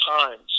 times